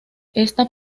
esta